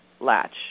latch